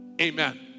Amen